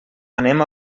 anem